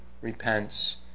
repents